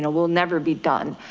ah we'll never be done.